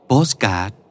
Postcard